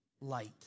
Light